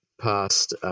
past